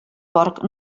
porc